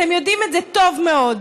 אתם יודעים את זה טוב מאוד,